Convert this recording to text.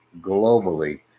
globally